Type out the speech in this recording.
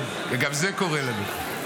גם זה קורה לנו.